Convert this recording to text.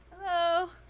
Hello